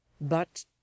But